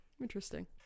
Interesting